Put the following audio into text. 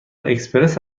اکسپرس